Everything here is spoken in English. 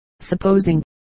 Supposing